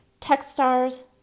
Techstars